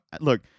Look